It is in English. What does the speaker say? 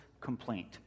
complaint